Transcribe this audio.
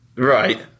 Right